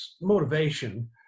motivation